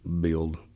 build